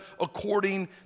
according